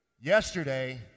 Yesterday